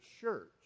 church